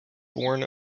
born